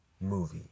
movie